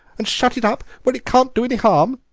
and shut it up where it can't do any harm?